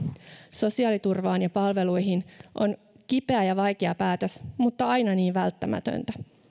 sosiaaliturvaan ja palveluihin on kipeä ja vaikea päätös mutta aina niin välttämätöntä